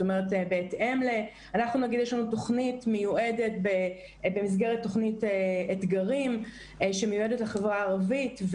יש לנו תוכנית במסגרת תוכנית אתגרים שמיועדת לחברה הערבית,